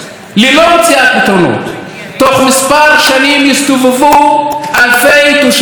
תוך כמה שנים יסתובבו אלפי תושבים ערבים בדרום,